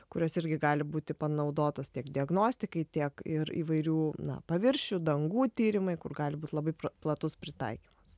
kurios irgi gali būti panaudotos tiek diagnostikai tiek ir įvairių na paviršių dangų tyrimai kur gali būt labai pra platus pritaikymas